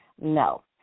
No